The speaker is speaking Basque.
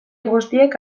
guztiek